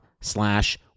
slash